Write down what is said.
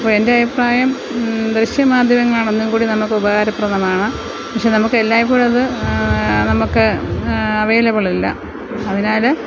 ഇപ്പോള് എൻ്റെ അഭിപ്രായം ദൃശ്യ മാധ്യമങ്ങളാണ് ഒന്നുംകൂടി നമുക്ക് ഉപകാരപ്രദമാണ് പക്ഷെ നമുക്ക് എല്ലായ്പ്പോഴും അത് നമുക്ക് അവൈലബിളല്ല അതിനാല്